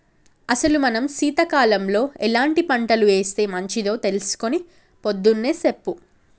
అసలు మనం సీతకాలంలో ఎలాంటి పంటలు ఏస్తే మంచిదో తెలుసుకొని పొద్దున్నే సెప్పు